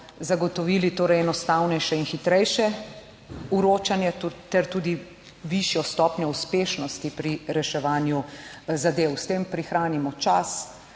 zagotovili torej enostavnejše in hitrejše vročanje ter tudi višjo stopnjo uspešnosti pri reševanju zadev. S tem prihranimo čas,